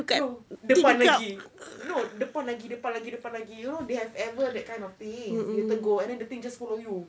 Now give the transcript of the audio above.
no depan lagi no depan lagi depan lagi depan lagi you know they have ever that kind of thing if you tegur and then the thing just follow you